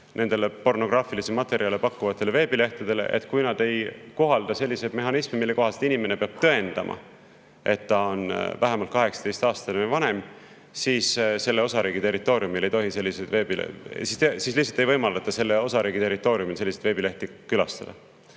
pornograafilisi materjale pakkuvatele veebilehtedele ette, et kui nad ei kohalda sellist mehhanismi, mille kohaselt inimene peab tõendama, et ta on vähemalt 18-aastane või vanem, siis lihtsalt ei võimaldata osariigi territooriumil neid veebilehti külastada.